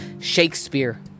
Shakespeare